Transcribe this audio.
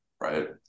right